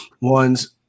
ones